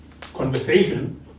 conversation